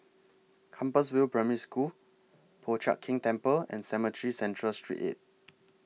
Compassvale Primary School Po Chiak Keng Temple and Cemetry Central Street eight